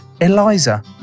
Eliza